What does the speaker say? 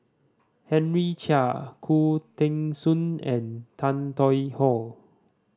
Henry Chia Khoo Teng Soon and Tan Tong Hye